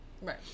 Right